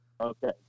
Okay